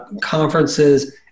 Conferences